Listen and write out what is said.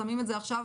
שמים את זה עכשיו